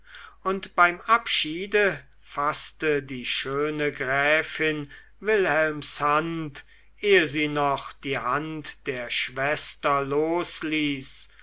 und beim abschiede faßte die schöne gräfin wilhelms hand ehe sie noch die hand der schwester losließ